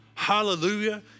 Hallelujah